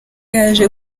yaje